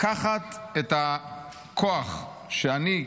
לקחת את הכוח שאני,